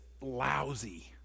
lousy